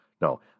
No